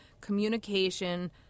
communication